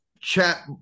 chat